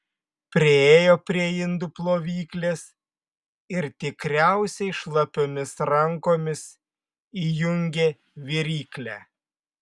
priėjo prie indų plovyklės ir tikriausiai šlapiomis rankomis įjungė viryklę